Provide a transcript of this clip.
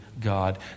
God